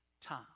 time